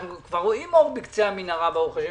אנחנו רואים אור בקצה המנהרה, ברוך השם.